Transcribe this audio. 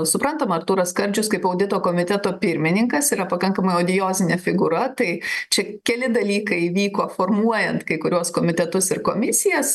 suprantama artūras skardžius kaip audito komiteto pirmininkas yra pakankamai odiozinė figūra tai čia keli dalykai vyko formuojant kai kuriuos komitetus ir komisijas